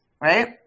right